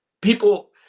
People